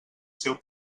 seu